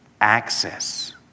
access